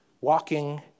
Walking